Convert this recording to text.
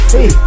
Hey